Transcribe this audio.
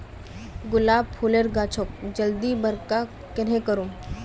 गुलाब फूलेर गाछोक जल्दी बड़का कन्हे करूम?